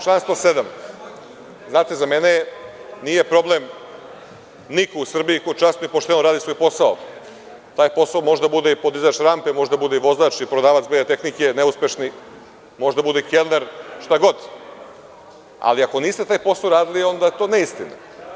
Član 107. za mene nije problem niko u Srbiji ko časno i pošteno radi svoj posao, taj posao može da bude i podizač rampe, može da bude i vozač i prodavac bele tehnike, neuspešni, može da bude kelner, šta god, ali ako niste taj posao uradili, onda je to neistina.